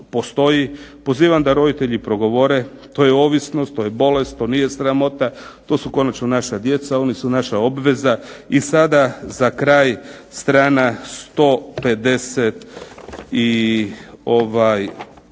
postoji. Pozivam da roditelji progovore, to je ovisnost, to je bolest, to nije sramota, to su konačno naša djeca, oni su naša obveza. I sada za kraj strana 151., samo